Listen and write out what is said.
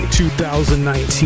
2019